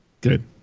Good